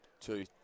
two